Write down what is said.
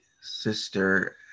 sister